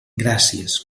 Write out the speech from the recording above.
gràcies